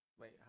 Wait